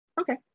Okay